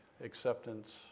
acceptance